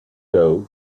doe